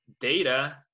data